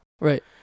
Right